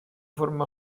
forma